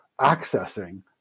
accessing